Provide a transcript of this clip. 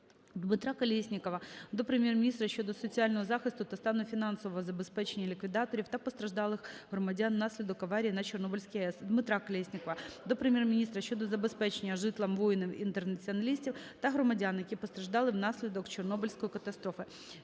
Дмитра Колєснікова до Прем'єр-міністра щодо соціального захисту та стану фінансового забезпечення ліквідаторів та постраждалих громадян внаслідок аварії на Чорнобильській АЕС. Дмитра Колєснікова до Прем'єр-міністра щодо забезпечення житлом воїнів-інтернаціоналістів та громадян, які постраждали внаслідок Чорнобильської катастрофи.